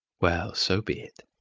well, so be it.